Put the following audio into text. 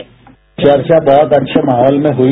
sound bite चर्चा बहुत अच्छे माहौल में हुई